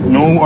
no